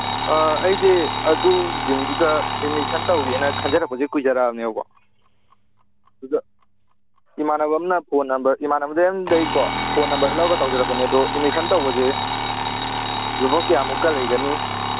ꯑ ꯑꯩꯁꯦ ꯑꯗꯨ ꯖꯤꯝꯗꯨꯗ ꯑꯦꯗꯃꯤꯁꯟ ꯇꯧꯒꯦꯅ ꯈꯟꯖꯔꯛꯄꯁꯦ ꯀꯨꯏꯖꯔꯛꯑꯕꯅꯦꯕꯀꯣ ꯑꯗꯨꯗ ꯏꯃꯥꯟꯅꯕ ꯑꯃꯗꯒꯤꯀꯣ ꯐꯣꯟ ꯅꯝꯕꯔ ꯂꯧꯔꯒ ꯇꯧꯖꯔꯛꯄꯅꯦ ꯑꯗꯨ ꯑꯦꯗꯃꯤꯁꯟ ꯇꯧꯕꯁꯦ ꯂꯨꯄꯥ ꯀꯌꯥꯃꯨꯛꯀ ꯂꯩꯒꯅꯤ